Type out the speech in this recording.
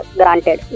granted